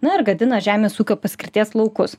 na ir gadina žemės ūkio paskirties laukus